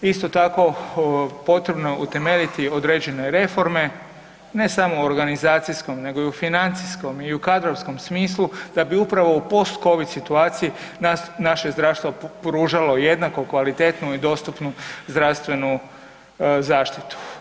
Isto tako potrebno je utemeljiti određene reforme, ne samo u organizacijskom nego i u financijskom i u kadrovskom smislu da bi upravo u postcovid situaciji naše zdravstvo pružalo jednako kvalitetnu i dostupnu zdravstvenu zaštitu.